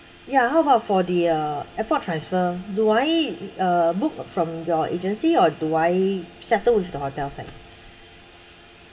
ya how about for the uh airport transfer do I uh book from your agency or do I settle with the hotel side